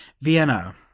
Vienna